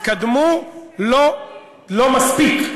לא מספיק.